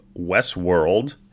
Westworld